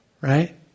Right